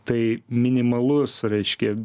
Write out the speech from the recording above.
tai minimalus reiškia